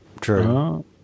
true